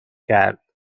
کرد